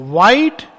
White